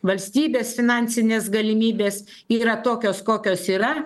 valstybės finansinės galimybės yra tokios kokios yra